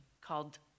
called